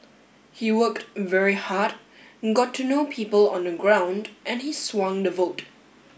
he worked very hard got to know people on the ground and he swung the vote